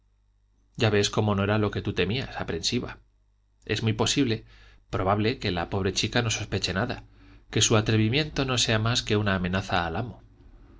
ya ves como no era lo que tú temías aprensiva es muy posible probable que la pobre chica no sospeche nada que su atrevimiento no sea más que una amenaza al amo